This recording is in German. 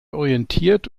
orientiert